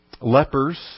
lepers